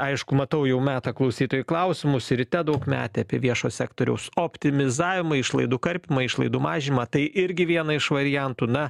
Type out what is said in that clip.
aišku matau jau meta klausytojai klausimus ir ryte daug metė apie viešo sektoriaus optimizavimą išlaidų karpymą išlaidų mažinimą tai irgi vieną iš variantų na